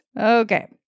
okay